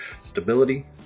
stability